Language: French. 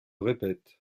répète